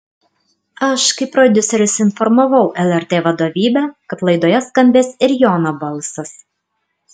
aš kaip prodiuseris informavau lrt vadovybę kad laidoje skambės ir jono balsas